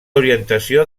orientació